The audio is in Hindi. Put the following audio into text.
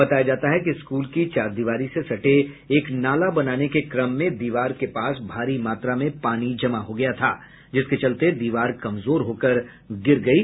बताया जाता है कि स्कूल की चहारदीवारी से सटे एक नाला बनाने के क्रम में दीवार के पास भारी मात्रा में पानी जमा हो गया था जिसके चलते दीवार कमजोर होकर गिर गयी